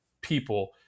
people